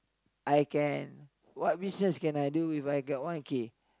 I can what business can I do if I got one K